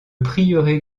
prieuré